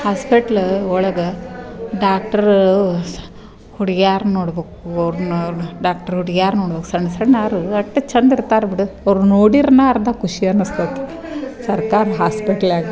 hospital ಒಳಗೆ doctor ಸ ಹುಡುಗ್ಯಾರು ನೋಡಬೇಕು ಅವ್ರ್ನ ಅವ್ರನ್ನ ಡಾಕ್ಟ್ರು ಹುಡುಗ್ಯಾರು ನೋಡ್ಬೇಕು ಸಣ್ಣ ಸಣ್ಣವ್ರು ಅಷ್ಟ್ ಚಂದ ಇರ್ತಾರೆ ಬಿಡು ಅವ್ರು ನೋಡಿರ್ನೆ ಅರ್ಧ ಖುಷಿ ಅನಸ್ತತೆ ಸರ್ಕಾರ ಹಾಸ್ಪೆಟ್ಲಾಗೆ